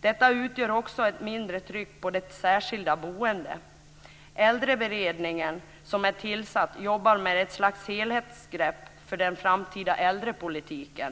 Den gör också att det blir ett mindre tryck på det särskilda boendet. Den tillsatta Äldreberedningen jobbar med ett slags helhetsgrepp för den framtida äldrepolitiken.